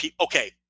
okay